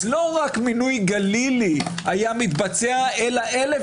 אז לא רק מינוי כגלילי היה מתבצע אלא אלף